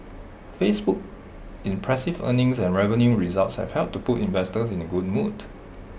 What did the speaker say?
Facebook's impressive earnings and revenue results have helped to put investors in A good mood